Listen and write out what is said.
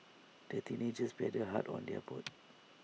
the teenagers paddled hard on their boat